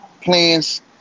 plans